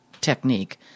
technique